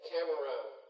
Cameroon